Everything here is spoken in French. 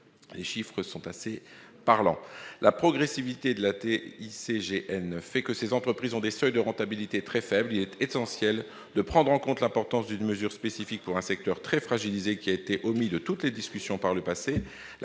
Les chiffres sont assez parlants. Du fait de la progressivité de la TICGN, ces entreprises ont des seuils de rentabilité très faibles. Il est essentiel de prendre en compte l'importance d'une mesure spécifique pour un secteur très fragilisé, qui a été omis de toutes les discussions par le passé.